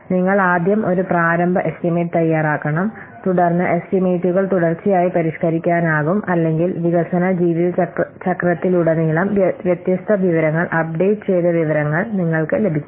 നിങ്ങൾ ആദ്യം ഒരു പ്രാരംഭ എസ്റ്റിമേറ്റ് തയ്യാറാക്കണം തുടർന്ന് എസ്റ്റിമേറ്റുകൾ തുടർച്ചയായി പരിഷ്കരിക്കാനാകും അല്ലെങ്കിൽ വികസന ജീവിതചക്രത്തിലുടനീളം വ്യത്യസ്ത വിവരങ്ങൾ അപ്ഡേറ്റ് ചെയ്ത വിവരങ്ങൾ നിങ്ങൾക്ക് ലഭിക്കും